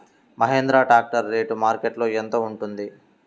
Mahindra tractor rate మార్కెట్లో యెంత ఉంటుంది?